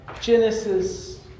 Genesis